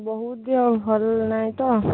ବହୁତ ଦେହ ଭଲ ନାଇଁ ତ